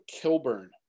Kilburn